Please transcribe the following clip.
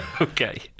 Okay